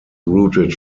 routed